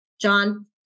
John